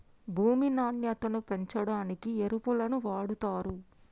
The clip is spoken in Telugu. భూమి నాణ్యతను పెంచడానికి ఎరువులను వాడుతారు